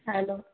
hello